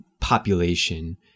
population